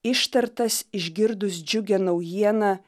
ištartas išgirdus džiugią naujieną